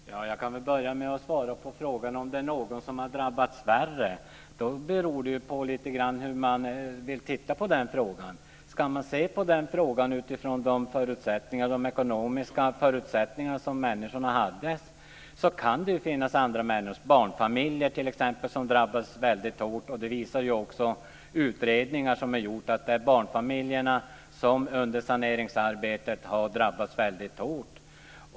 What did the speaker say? Fru talman! Jag kan väl börja med att svara på frågan om det är någon som har drabbats värre. Det beror lite grann på hur man ser på den frågan. Ska man se på den utifrån de ekonomiska förutsättningar som människorna hade, kan det ju finnas andra människor, t.ex. barnfamiljer, som drabbas väldigt hårt. Utredningar visar ju att det är barnfamiljerna som under saneringsarbetet har drabbats väldigt hårt.